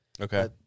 Okay